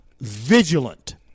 vigilant